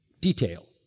detail